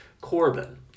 corbin